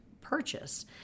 purchase